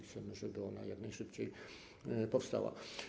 Chcemy, żeby ona jak najszybciej powstała.